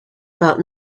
about